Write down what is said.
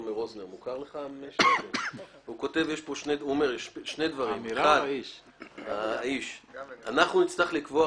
אלה שני הדברים היחידים שאנחנו מסכימים שיכולים